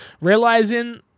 realizing